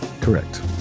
Correct